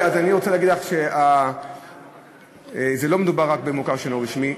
אני רוצה להגיד לך שלא מדובר רק במוכר שאינו רשמי.